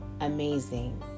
amazing